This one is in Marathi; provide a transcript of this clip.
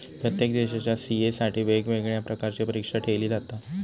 प्रत्येक देशाच्या सी.ए साठी वेगवेगळ्या प्रकारची परीक्षा ठेयली जाता